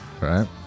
right